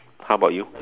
how about you